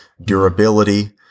durability